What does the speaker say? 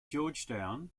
georgetown